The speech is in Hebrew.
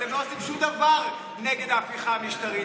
אתם לא עושים שום דבר נגד ההפיכה המשטרית.